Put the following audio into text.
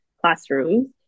classrooms